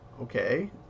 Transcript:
Okay